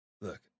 look